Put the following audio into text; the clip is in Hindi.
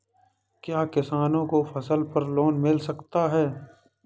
क्या किसानों को फसल पर लोन मिल सकता है?